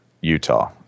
Utah